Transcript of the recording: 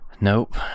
Nope